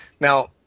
Now